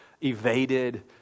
evaded